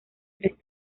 tres